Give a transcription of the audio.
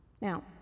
Now